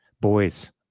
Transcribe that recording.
Boys